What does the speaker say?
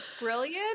brilliant